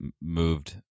moved